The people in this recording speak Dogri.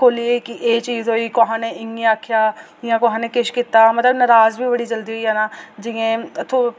कोल एह् कि एह् चीज़ होई कुसै ने इ'यां आखेआ जां कोहे ने किश कीता मतलब में नराज़ बी बड़ी जल्दी होई जाना जि'यां